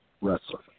wrestler